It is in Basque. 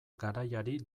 garaiari